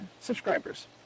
subscribers